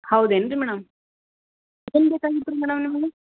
ಹೌದೇನು ರೀ ಮೇಡಮ್ ಏನು ಬೇಕಾಗಿತ್ತು ರೀ ಮೇಡಮ್